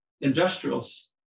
industrials